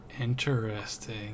Interesting